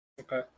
Okay